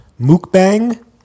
mookbang